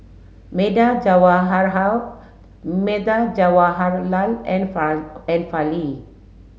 Medha Medha Jawaharlal and and Fali